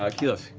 ah keyleth.